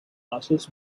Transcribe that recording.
muscles